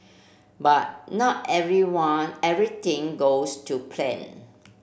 but not everyone everything goes to plan